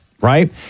right